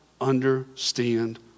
understand